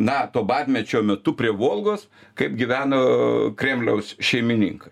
na to badmečio metu prie volgos kaip gyveno kremliaus šeimininkai